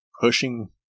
pushing